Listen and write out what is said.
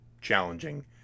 challenging